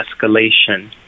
escalation